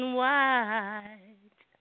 white